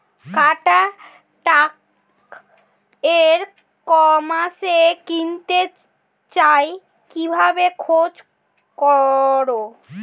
কাটার tractor ই কমার্সে কিনতে চাই কিভাবে খোঁজ করো?